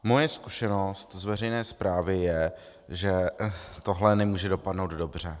Moje zkušenost z veřejné správy je, že tohle nemůže dopadnout dobře.